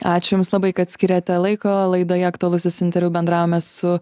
ačiū jums labai kad skyrėte laiko laidoje aktualusis interviu bendravome su